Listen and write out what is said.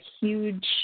huge